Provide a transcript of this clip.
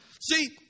See